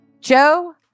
Joe